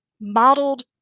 modeled